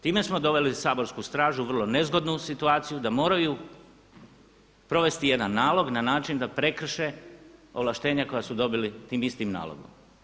Time smo doveli saborsku stražu u vrlo nezgodnu situaciju da moraju provesti jedan nalog na način da prekrše ovlaštenja koja su dobili tim istim nalogom.